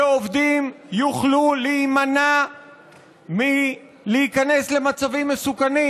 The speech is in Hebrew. שעובדים יוכלו להימנע מכניסה למצבים מסוכנים.